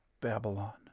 Babylon